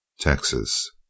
Texas